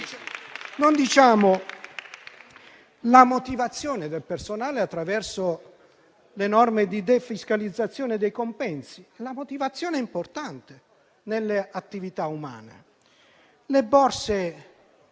Aumentiamo la motivazione del personale attraverso le norme di defiscalizzazione dei compensi: è una motivazione importante nelle attività umane. Vi è